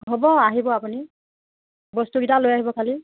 হ'ব আহিব আপুনি বস্তুকেইটা লৈ আহিব খালী